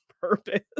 purpose